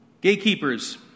Gatekeepers